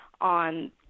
on